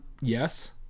Yes